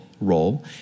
role